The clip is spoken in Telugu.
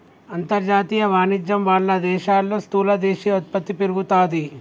అంతర్జాతీయ వాణిజ్యం వాళ్ళ దేశాల్లో స్థూల దేశీయ ఉత్పత్తి పెరుగుతాది